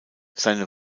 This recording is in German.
seine